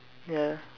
ya